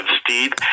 Steve